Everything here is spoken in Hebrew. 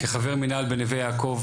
כחבר מנהל בנווה יעקב,